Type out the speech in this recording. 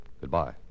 Goodbye